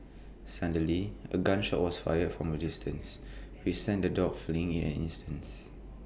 suddenly A gun shot was fired from A distance which sent the dogs fleeing in an instants